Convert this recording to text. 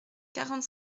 quarante